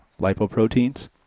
lipoproteins